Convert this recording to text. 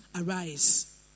arise